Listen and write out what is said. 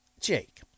Jake